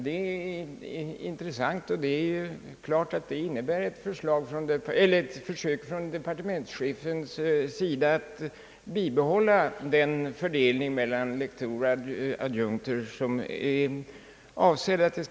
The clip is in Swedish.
Det är intressant, och det är klart att det innebär ett försök av departementschefen att bibehålla den avsedda fördelningen mellan lektorer och adjunkter.